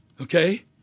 Okay